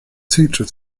teacher